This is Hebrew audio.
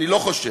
אני לא חושב.